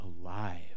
alive